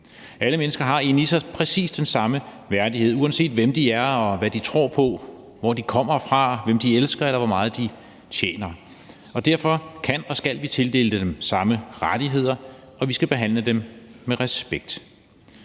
Alle mennesker har inde i sig præcis den samme værdighed, uanset hvem de er, og hvad de tror på, hvor de kommer fra, hvem de elsker, eller hvor meget de tjener, og derfor kan og skal vi tildele dem de samme rettigheder, og vi skal behandle dem med respekt.